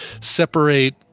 separate